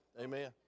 Amen